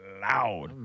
loud